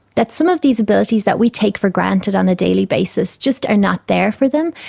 that some of these abilities that we take for granted on a daily basis just are not there for them,